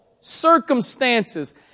circumstances